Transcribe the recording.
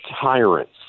tyrants